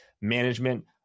Management